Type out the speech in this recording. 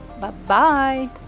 bye-bye